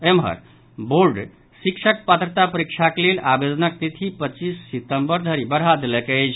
एम्हर बोर्ड शिक्षक पात्रता परीक्षाक लेल आवेदनक तिथि पच्चीस सितंबर धरि बढ़ा देलक अछि